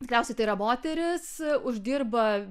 tikriausiai tai yra moteris uždirba